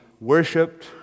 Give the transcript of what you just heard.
worshipped